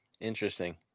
Interesting